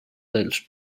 dels